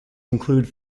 include